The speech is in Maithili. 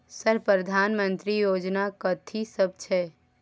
सर प्रधानमंत्री योजना कथि सब छै?